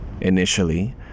Initially